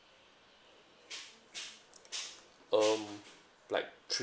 um like three of them